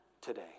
today